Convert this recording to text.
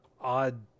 odd